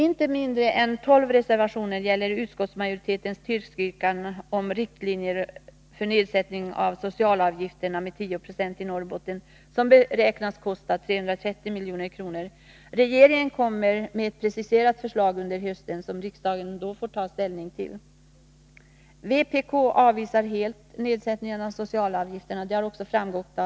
Inte mindre än 12 reservationer gäller utskottsmajoritetens tillstyrkan av regeringens riktlinjer om nedsättning av socialavgifterna med tio procentenheter i Norrbotten, som beräknas kosta 330 milj.kr. Regeringen kommer att lägga fram ett preciserat förslag under hösten, som riksdagen får ta ställning till då. Vpk avvisar helt en nedsättning av socialavgifterna.